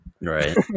Right